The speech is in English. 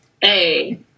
Hey